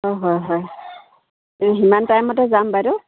অঁ হয় হয় সিমান টাইমতে যাম বাইদেউ